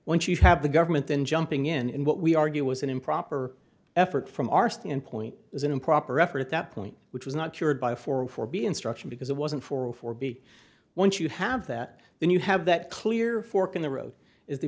once you have the government then jumping in in what we argue was an improper effort from our standpoint is an improper effort at that point which was not cured by four or four b instruction because it wasn't for a for b once you have that then you have that clear fork in the road is the